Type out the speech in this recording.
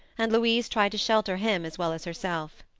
and louise tried to shelter him as well as herself.